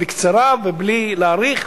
בקצרה ובלי להאריך,